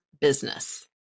business